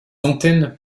antennes